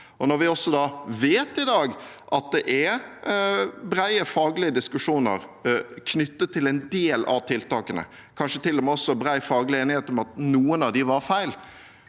Når vi også vet i dag at det er brede faglige diskusjoner knyttet til en del av tiltakene, kanskje til og med bred faglig enighet om at noen av dem var feil,